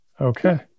Okay